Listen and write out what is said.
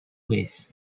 ways